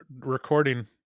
recording